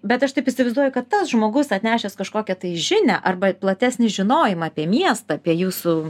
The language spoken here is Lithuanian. bet aš taip įsivaizduoju kad tas žmogus atnešęs kažkokią tai žinią arba platesnį žinojimą apie miestą apie jūsų